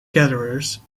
gatherers